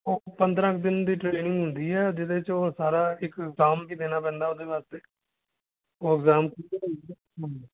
ਉਹ ਪੰਦਰਾਂ ਕੁ ਦਿਨ ਦੀ ਟ੍ਰੇਨਿੰਗ ਹੁੰਦੀ ਹੈ ਜਿਹਦੇ 'ਚ ਉਹ ਸਾਰਾ ਇੱਕ ਇੰਗਜ਼ਾਮ ਵੀ ਦੇਣਾ ਪੈਂਦਾ ਉਹਦੇ ਵਾਸਤੇ ਉਹ ਇੰਗਜ਼ਾਮ